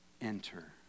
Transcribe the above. enter